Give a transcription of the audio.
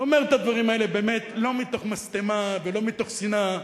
אני אומר את הדברים האלה באמת לא מתוך משטמה ולא מתוך שנאה,